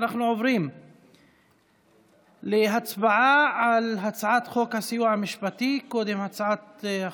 אנחנו עוברים להצבעה על הצעת חוק הסיוע המשפטי (תיקון מס'